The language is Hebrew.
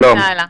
שלום.